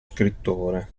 scrittore